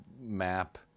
map